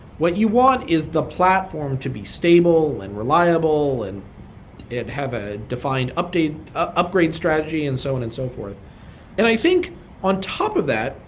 what you want is the platform to be stable and reliable and it have a defined upgrade ah upgrade strategy and so on and so forth i think on top of that,